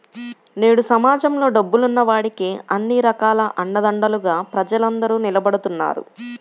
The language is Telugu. నేడు సమాజంలో డబ్బున్న వాడికే అన్ని రకాల అండదండలుగా ప్రజలందరూ నిలబడుతున్నారు